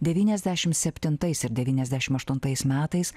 devyniasdešimt septintais ir devyniasdešimt aštuntais metais